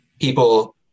people